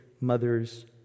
mother's